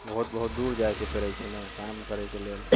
बहुत बहुत दूर जाइके पड़ै छै ने काम करैके लेल